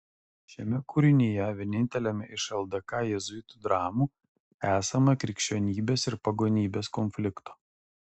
šiame kūrinyje vieninteliame iš ldk jėzuitų dramų esama krikščionybės ir pagonybės konflikto